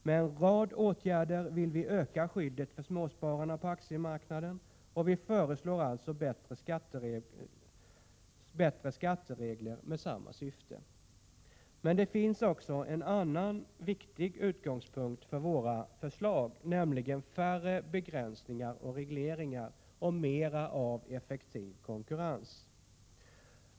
Med en rad åtgärder vill vi öka skyddet för småspararna på aktiemarknaden, och vi föreslår alltså bättre skatteregler med samma syfte. Men det finns också en annan viktig utgångspunkt för våra förslag, nämligen att vi vill ha färre begränsningar och regleringar och mera av effektiv konkurrens.